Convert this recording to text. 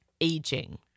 aging